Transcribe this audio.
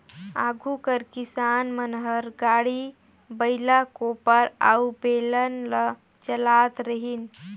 आघु कर किसान मन हर गाड़ी, बइला, कोपर अउ बेलन ल चलात रहिन